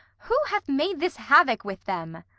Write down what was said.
who hath made this havoc with them?